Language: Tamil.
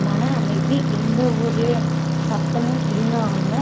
மன அமைதி எந்த ஒரு சத்தமும் இல்லாமல்